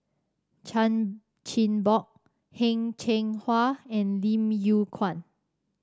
Chan Chin Bock Heng Cheng Hwa and Lim Yew Kuan